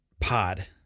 pod